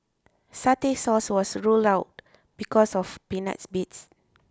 satay sauce was ruled out because of peanut bits